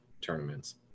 tournaments